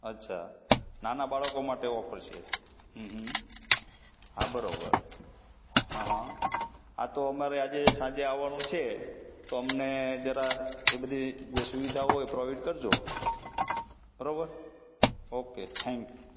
અચ્છા નાના બાળકો માટે ઓફર છે હા હા હા બરાબર હા હા આ તો અમારે સાંજે આવવાનું છે તો અમને જરા એ બધી જે સુવિધાઓ હોય એ પ્રોવાઈડ કરજો બરાબર ઓકે થેંક યુ